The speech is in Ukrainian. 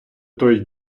той